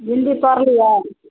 भिण्डी तोड़लियै